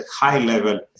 high-level